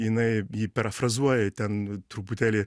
jinai jį parafrazuoja ten truputėlį